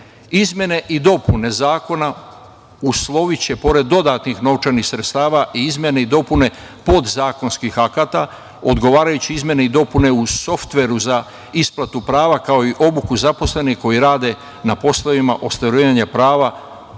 godine. Izmene i dopune zakona usloviće, pored dodatnih novčanih sredstava i izmene i dopune podzakonskih akata, odgovarajuće izmene i dopune u softveru za isplatu prava kao i obuku zaposlenih koji rade na poslovima ostvarivanja prava